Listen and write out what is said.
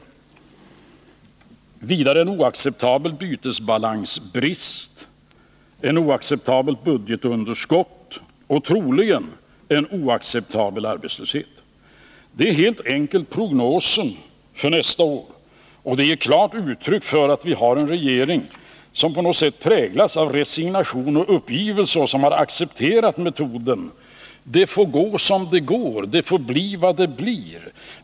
Vidare kan vi vänta en oacceptabel bytesbalansbrist, ett oacceptabelt budgetunderskott och troligen en oacceptabel arbetslöshet. Det är helt enkelt prognosen för nästa år, och den ger klart uttryck för att vi har en regering som på något sätt präglas av resignation och uppgivelse och som har accepterat metoden: Det går som det går. Det får bli som det blir.